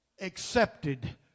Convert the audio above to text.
accepted